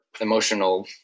emotional